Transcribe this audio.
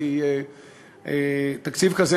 כי תקציב כזה,